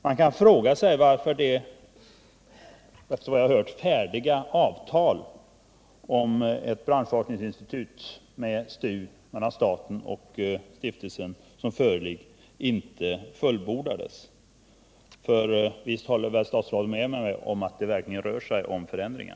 Man kan fråga sig varför det — efter vad jag hört — färdiga avtal som föreligger mellan staten och stiftelsen om ett branschforskningsinstitut inte fullföljdes. För visst håller väl statsrådet med mig om att det verkligen rör sig om förändringar?